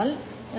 சரி